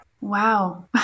Wow